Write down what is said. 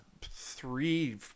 three